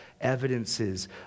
evidences